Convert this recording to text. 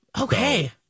Okay